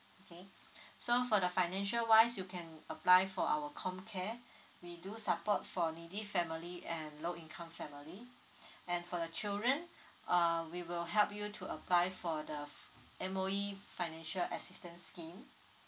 okay so for the financial wise you can apply for our com care we do support for needy family and low income family and for the children uh we will help you to apply for the M_O_E financial assistance scheme